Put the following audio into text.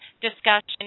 discussion